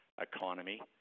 economy